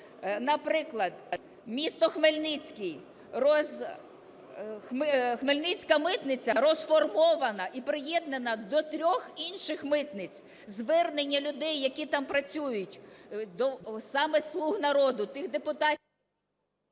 наприклад, місто Хмельницький, хмельницька митниця розформована і приєднана до трьох інших митниць. Звернення людей, які там працюють саме "слуг народу", тих …